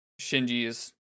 shinji's